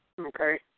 Okay